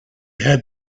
had